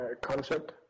concept